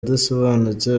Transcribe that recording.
adasobanutse